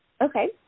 Okay